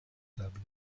table